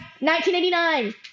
1989